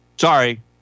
Sorry